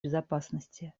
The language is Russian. безопасности